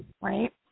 right